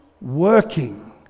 working